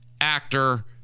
actor